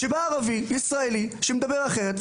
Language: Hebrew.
כשבא ערבי ישראלי שמדבר אחרת,